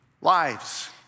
lives